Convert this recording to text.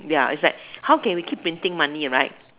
ya is like how can we keep printing money right